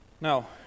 Now